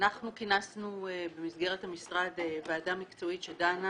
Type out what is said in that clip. אנחנו כינסנו במסגרת המשרד ועדה מקצועית שדנה